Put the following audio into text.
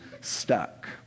stuck